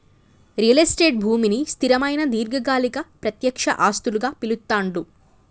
real estate భూమిని స్థిరమైన దీర్ఘకాలిక ప్రత్యక్ష ఆస్తులుగా పిలుత్తాండ్లు